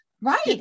right